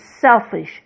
selfish